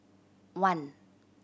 one